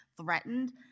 threatened